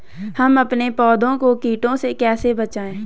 हम अपने पौधों को कीटों से कैसे बचाएं?